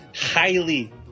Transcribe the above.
highly